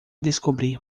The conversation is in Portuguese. descobrir